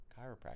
chiropractic